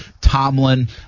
Tomlin